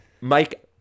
Mike